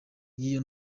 y’iyo